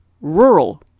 rural